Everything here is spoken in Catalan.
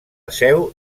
seu